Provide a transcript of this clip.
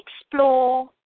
explore